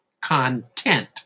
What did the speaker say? content